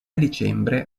dicembre